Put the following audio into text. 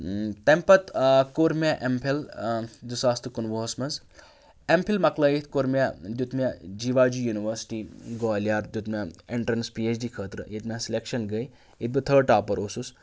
تَمہِ پَتہٕ کوٚر مےٚ اٮ۪م فِل زٕساس تہٕ کُنوُہَس منٛز اٮ۪م فِل مۄکلٲیِتھ کوٚر مےٚ دیُٚت مےٚ جیٖواجی یوٗنیوَرسٹی گوالیار دیُٚت مےٚ اٮ۪نٹرٛنس پی ایچ ڈی خٲطرٕ ییٚتہِ مےٚ سِلٮ۪کشَن گٔیے ییٚتہِ بہٕ تھٲڑ ٹاپَر اوسُس